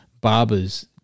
barbers